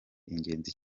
ingenzi